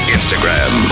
Instagram